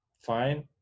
fine